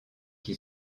qui